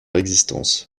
existences